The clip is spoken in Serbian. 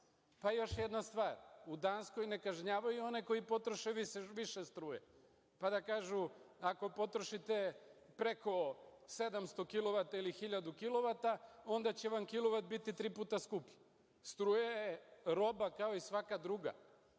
Još jedna stvar, u Danskoj ne kažnjavaju one koji potroše više struje, pa da kažu – ako potrošite preko 700 kilovata ili 1000 kilovata, onda će vam kilovat biti tri puta skuplji. Struja je roba kao i svaka druga